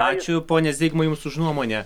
ačiū pone zigmai jums už nuomonę